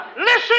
Listen